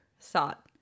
thought